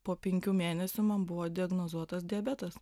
po penkių mėnesių man buvo diagnozuotas diabetas